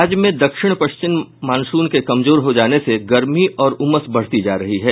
राज्य में दक्षिण पश्चिम मानसून के कमजोर हो जाने से गर्मी और उमस बढ़ती जा रही है